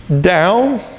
down